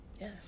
Yes